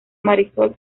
marisol